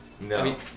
no